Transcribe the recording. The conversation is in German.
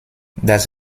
das